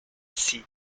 see